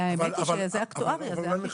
האמת היא שזה אקטואריה, זה החישוב.